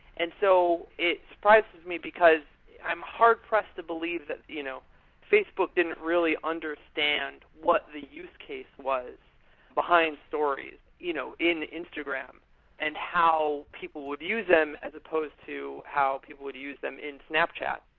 and so it surprised me, because i'm hard-pressed to believe that you know facebook didn't really understand what the use case was behind stories you know in instagram and how people would use them as supposed to how people would use them in snapchat.